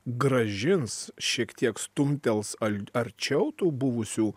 grąžins šiek tiek stumtels ar arčiau tų buvusių